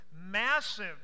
massive